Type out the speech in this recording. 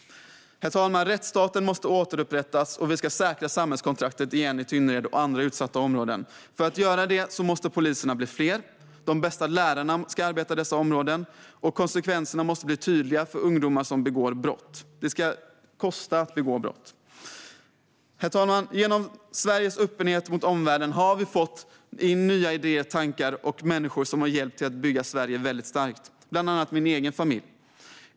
Herr talman! Rättsstaten måste återupprättas, och vi ska säkra samhällskontraktet igen i Tynnered och i andra utsatta områden. För att göra det måste poliserna bli fler, och de bästa lärarna ska arbeta i dessa områden. Konsekvenserna måste bli tydliga för ungdomar som begår brott. Det ska kosta att begå brott. Herr talman! Genom Sveriges öppenhet mot omvärlden har vi fått in nya idéer och tankar och människor som har hjälpt till att bygga Sverige starkt. Det gäller bland andra min egen familj.